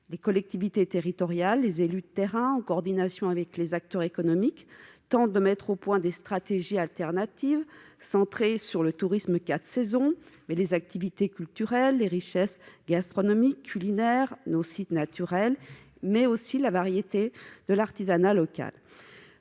Les collectivités territoriales et les élus de terrain, en coordination avec les acteurs économiques, tentent de mettre au point des stratégies alternatives centrées sur le tourisme « 4 saisons », mais aussi sur les activités culturelles, les richesses gastronomiques et culinaires, nos sites naturels et la variété de l'artisanat local.